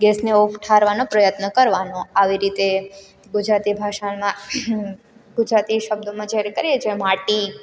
ગેસને ઓફ ઠારવાનો પ્રયત્ન કરવાનો આવી રીતે ગુજરાતી ભાષામાં ગુજરાતી શબ્દોમાં જ્યારે કરીએ જે માટી